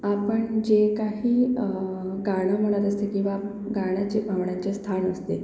आपण जे काही गाणं म्हणत असतो तेव्हा गाण्याचे आवडायचे स्थान असते